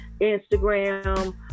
Instagram